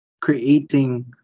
creating